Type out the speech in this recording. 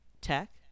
tech